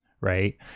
Right